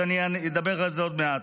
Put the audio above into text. שאני אדבר עליו עוד מעט.